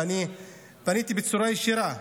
ואני פניתי בצורה ישירה,